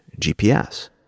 GPS